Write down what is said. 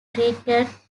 create